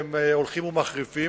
והם הולכים ומחריפים,